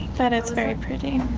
that is very pretty.